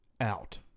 Out